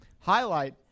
Highlight